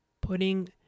putting